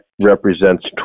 represents